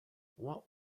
what